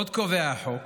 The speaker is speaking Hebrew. עוד קובע החוק